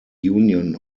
union